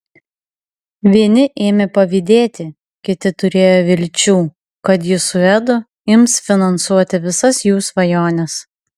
vieni ėmė pavydėti kiti turėjo vilčių kad ji su edu ims finansuoti visas jų svajones